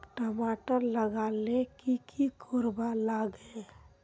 टमाटर लगा ले की की कोर वा लागे?